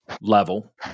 level